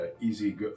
easy